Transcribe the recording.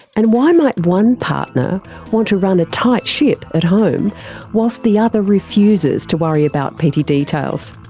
and why might one partner want to run a tight ship at home whilst the other refuses to worry about petty details.